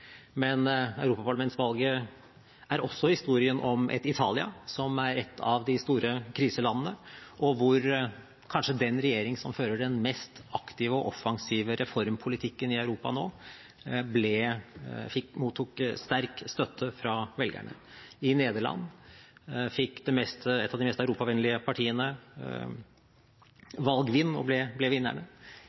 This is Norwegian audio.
Men europaparlamentsvalget er også historien om et Italia som er et av de store kriselandene, og hvor kanskje den regjering som fører den mest aktive og offensive reformpolitikken i Europa nå, mottok sterk støtte fra velgerne. I Nederland fikk et av de mest europavennlige partiene valgvind og ble